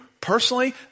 personally